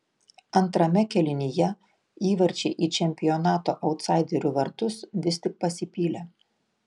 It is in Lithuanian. antrame kėlinyje įvarčiai į čempionato autsaiderių vartus vis tik pasipylė